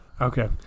Okay